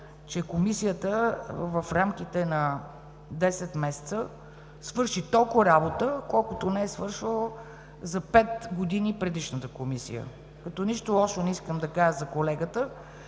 че Комисията в рамките на 10 месеца свърши толкова работа, колкото за 5 години не е свършила предишната комисия. Нищо лошо не искам да кажа за колегата,